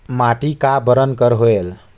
माटी का बरन कर होयल?